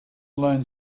learn